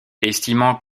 estimant